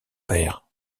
père